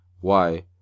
Why